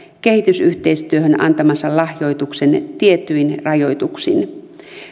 kehitysyhteistyöhön antamansa lahjoituksen tietyin rajoituksin